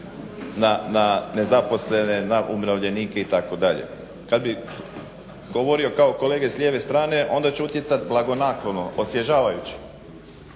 na nezaposlene, na umirovljenike itd. Kad bi govorio kao kolege s lijeve strane onda će utjecat blagonaklono, osvježavajuće